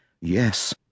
Yes